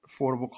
affordable